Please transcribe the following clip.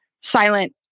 silent